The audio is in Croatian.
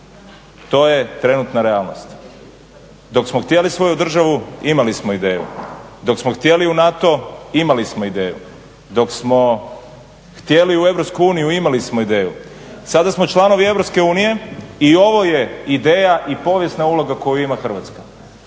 To je trenutna realnost. Dok smo htjeli svoju državu, imali smo ideju, dok smo htjeli u NATO imali smo ideju, dok smo htjeli u EU imali smo ideju. Sada smo članovi EU i ovo je ideja i povijesna uloga koju ima Hrvatska.